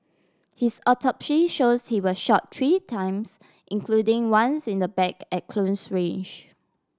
his autopsy shows he was shot three times including once in the back at close range